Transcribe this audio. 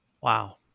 Wow